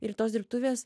ir tos dirbtuvės